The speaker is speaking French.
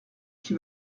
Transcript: qui